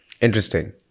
Interesting